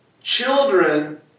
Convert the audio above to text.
children